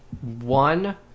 one